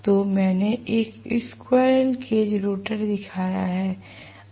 तो मैंने एक स्क्वीररेल केज रोटर दिखाया है